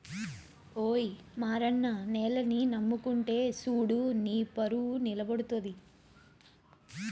ఓయి మారన్న నేలని నమ్ముకుంటే సూడు నీపరువు నిలబడతది